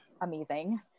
amazing